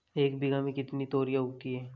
एक बीघा में कितनी तोरियां उगती हैं?